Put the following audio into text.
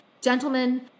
gentlemen